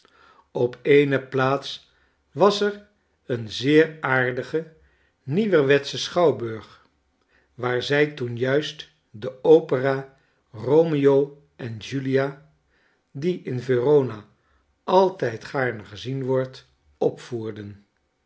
op eene plaats was er een zeer aardige nieuwerwetsche schouwburg waar zij toen juist de opera romeo en julia die in verona altijd gaarne gezien wordt opvoerden